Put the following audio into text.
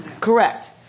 correct